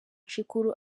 cikuru